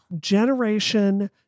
generation